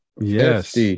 Yes